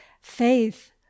faith